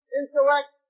intellect